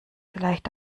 vielleicht